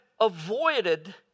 avoided